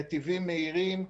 נתיבים מהירים,